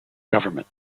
government